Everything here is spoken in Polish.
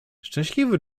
szczęśliwy